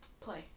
Play